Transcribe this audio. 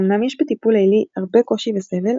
אומנם יש ב"טיפול לילי" הרבה קושי וסבל,